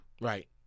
Right